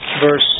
verse